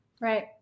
Right